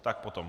Tak potom.